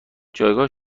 جایگاه